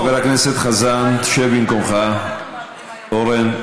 חבר הכנסת חזן, שב במקומך, אורן.